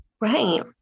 Right